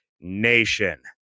nation